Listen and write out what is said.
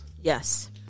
Yes